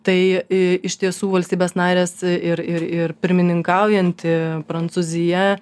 tai iš tiesų valstybės narės ir ir ir pirmininkaujanti prancūzija